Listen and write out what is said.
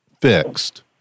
fixed